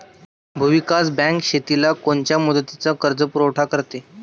भूविकास बँक शेतीला कोनच्या मुदतीचा कर्जपुरवठा करते?